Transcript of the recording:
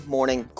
Morning